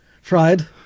Fried